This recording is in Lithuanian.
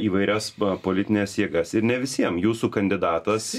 įvairias politines jėgas ir ne visiem jūsų kandidatas